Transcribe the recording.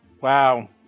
wow